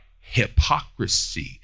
hypocrisy